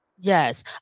yes